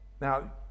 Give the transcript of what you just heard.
Now